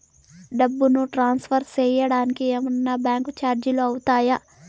డబ్బును ట్రాన్స్ఫర్ సేయడానికి ఏమన్నా బ్యాంకు చార్జీలు అవుతాయా?